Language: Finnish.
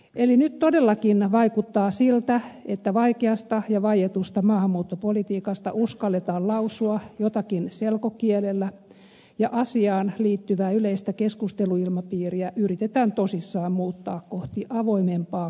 eli nyt todellakin vaikuttaa siltä että vaikeasta ja vaietusta maahanmuuttopolitiikasta uskalletaan lausua jotakin selkokielellä ja asiaan liittyvää yleistä keskusteluilmapiiriä yritetään tosissaan muuttaa kohti avoimempaa kansalaiskeskustelua